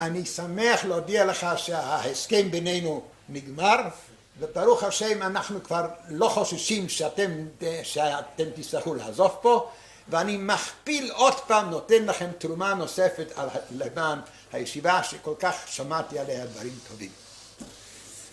אני שמח להודיע לך שההסכם בינינו נגמר, וברוך השם אנחנו כבר לא חוששים שאתם תצטרכו לעזוב פה, ואני מכפיל עוד פעם, נותן לכם תרומה נוספת, למען הישיבה שכל כך שמעתי עליה דברים טובים